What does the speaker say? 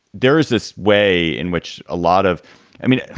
there is this way in which a lot of i mean,